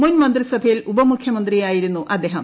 മുൻ മന്ത്രിസഭയിൽ ഉപമുഖ്യമന്ത്രിയായിരുന്നു അദ്ദേഹം